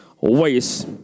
ways